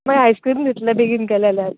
मागीर ice cream दितले बेगीन गेले जाल्यार